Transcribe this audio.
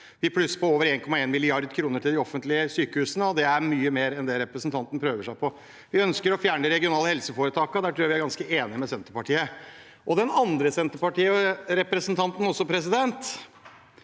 Vi plusser på over 1,1 mrd. kr til de offentlige sykehusene, og det er mye mer enn det representanten prøver seg på. Vi ønsker å fjerne de regionale helseforetakene, og der tror jeg vi er ganske enige med Senterpartiet. Den andre senterpartirepresentanten, Ninasdotter